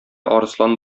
арыслан